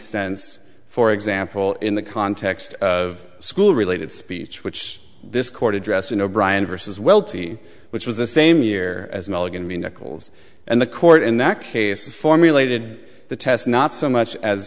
sense for example in the context of school related speech which this court address in o'brien versus welty which was the same year as milligan nichols and the court in that case formulated the test not so much as